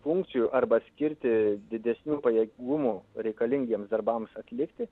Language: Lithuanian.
funkcijų arba skirti didesnių pajėgumų reikalingiems darbams atlikti